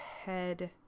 head